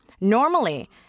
Normally